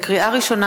לקריאה ראשונה,